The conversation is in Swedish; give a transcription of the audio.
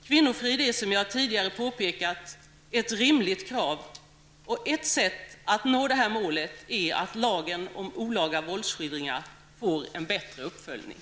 Kvinnofrid är, som jag tidigare påpekat, ett rimligt krav, och ett sätt att nå detta mål är att lagen om olaga våldsskildringar får en bättre uppföljning.